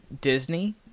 Disney